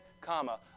comma